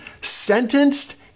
sentenced